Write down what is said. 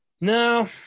no